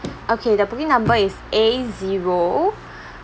okay the booking number is A zero